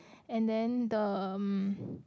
and then the mm